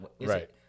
Right